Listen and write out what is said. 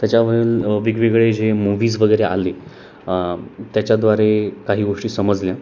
त्याच्यावरील वेगवेगळे जे मूवीज वगैरे आले त्याच्याद्वारे काही गोष्टी समजल्या